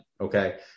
okay